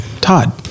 Todd